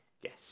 Yes